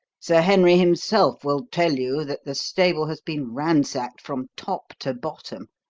sir henry himself will tell you that the stable has been ransacked from top to bottom,